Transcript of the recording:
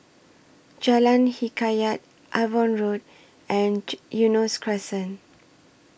Jalan Hikayat Avon Road and Eunos Crescent